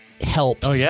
helps